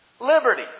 liberty